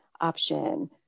option